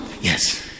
Yes